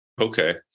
Okay